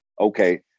okay